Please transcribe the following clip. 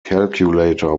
calculator